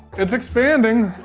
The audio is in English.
it's expanding.